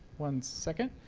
one second.